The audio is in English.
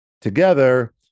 together